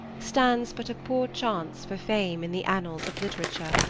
stands but a poor chance for fame in the annals of literature,